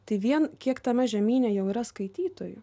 tai vien kiek tame žemyne jau yra skaitytojų